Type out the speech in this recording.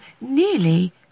nearly